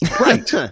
Right